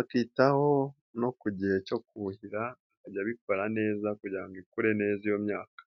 akitaho no ku gihe cyo kuhira akajya abikora neza kugira ngo akure neza iyo myaka.